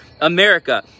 America